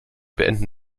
beenden